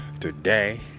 today